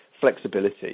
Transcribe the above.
flexibility